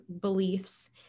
beliefs